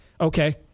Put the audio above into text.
Okay